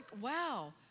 wow